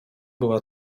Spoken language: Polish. była